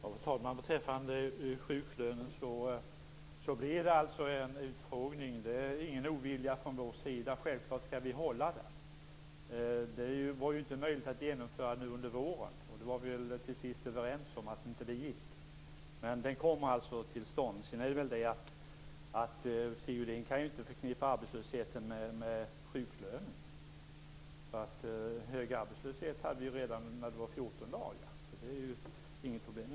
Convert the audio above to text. Fru talman! Beträffande sjuklönen blir det alltså en utfrågning. Det är ingen ovilja från vår sida. Självklart skall vi hålla den. Det var inte möjligt att genomföra den nu under våren; det var vi väl till sist överens om. Men den kommer alltså till stånd. Sedan kan inte Sigge Godin förknippa arbetslösheten med sjuklönen. Hög arbetslöshet hade vi redan när det var 14 dagar, så det är ju inget problem.